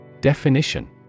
Definition